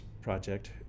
project